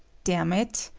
damn it!